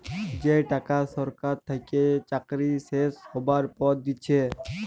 যে টাকা সরকার থেকে চাকরি শেষ হ্যবার পর দিচ্ছে